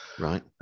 right